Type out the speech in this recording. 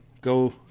go